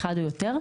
אחד או יותר,